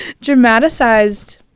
Dramatized